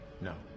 no